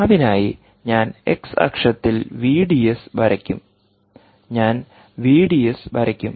അതിനായി ഞാൻ x അക്ഷത്തിൽ VDS വരയ്ക്കും ഞാൻ VDS വരയ്ക്കും